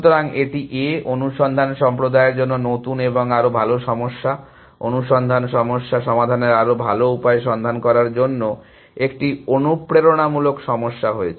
সুতরাং এটি A I অনুসন্ধান সম্প্রদায়ের জন্য নতুন এবং আরও ভাল সমস্যা অনুসন্ধান সমস্যা সমাধানের আরও ভাল উপায় সন্ধান করার জন্য একটি অনুপ্রেরণামূলক সমস্যা হয়েছে